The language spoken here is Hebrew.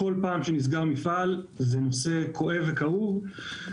כל פעם שנסגר מפעל זה נושא כואב וכאוב,